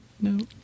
No